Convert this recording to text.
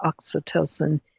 oxytocin